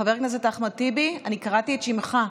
חבר הכנסת אחמד טיבי, אני קראתי את שמך.